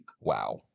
Wow